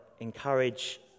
encourage